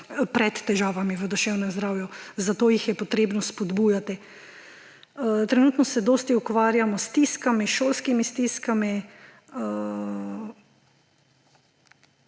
pred težavami v duševnem zdravju, zato jih je potrebno spodbujati. Trenutno se dosti ukvarjamo s stiskami, šolskimi stiskami.